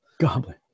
goblin